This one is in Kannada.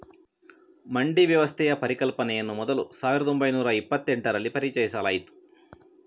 ಮಂಡಿ ವ್ಯವಸ್ಥೆಯ ಪರಿಕಲ್ಪನೆಯನ್ನು ಮೊದಲು ಸಾವಿರದ ಓಂಬೈನೂರ ಇಪ್ಪತ್ತೆಂಟರಲ್ಲಿ ಪರಿಚಯಿಸಲಾಯಿತು